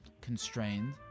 Constrained